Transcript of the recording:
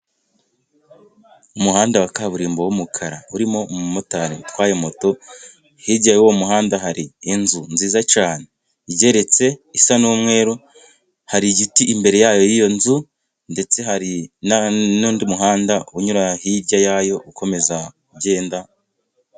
Umuhanda wa kaburimbo w'umukara urimo umumotari utwaye moto, hijya y'uwo muhanda hari inzu nziza cyane igereretse isa n'umweru, hari igiti imbere yayo y'iyo nzu ndetse hari n'undi muhanda unyura hijya yayo ukomeza ugenda.